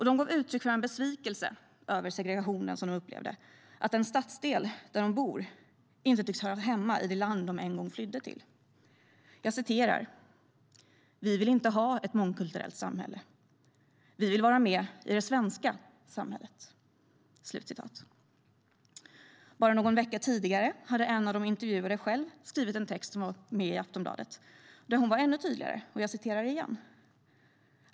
De gav uttryck för en besvikelse över segregationen som de upplevde, att den stadsdel där de bor inte tycks höra hemma i det land som de en gång flydde till. Jag citerar: "Vi vill inte ha ett mångkulturellt samhälle. Vi vill vara med i det svenska samhället!" Bara någon vecka tidigare hade en av de intervjuade själv skrivit en text i Aftonbladet där hon var ännu tydligare. Jag citerar igen.